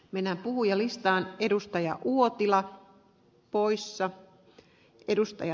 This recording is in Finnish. mennään puhujalistaan edustaja u sanoa ääneen